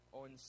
on